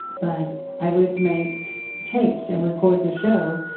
but i would make tapes and record the show,